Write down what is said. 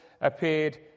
appeared